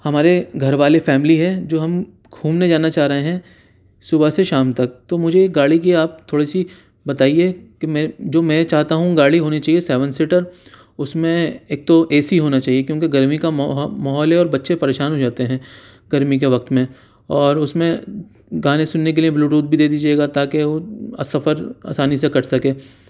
ہمارے گھر والے فیملی ہے جو ہم گھومنے جانا چاہ رہے ہیں صبح سے شام تک تو مجھے گاڑی کی آپ تھوڑی سی بتائیے کہ میں جو میں چاہتا ہوں گاڑی ہونی چاہیے سیون سیٹر اس میں ایک تو اے سی ہونا چاہیے کیونکہ گرمی کا ماحول ہے اور بچے پریشان ہو جاتے ہیں گرمی کے وقت میں اور اس میں گانے سننے کے لئے بلو ٹوتھ بھی دے دیجئے گا تا کہ وہ سفر آسانی سے کٹ سکے